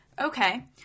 Okay